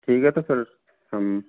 ठीक है तो फिर हम